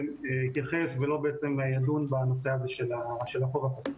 יתייחס ולא בעצם ידון בנושא הזה של החוב הכספי.